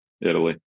Italy